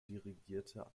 dirigierte